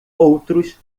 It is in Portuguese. outros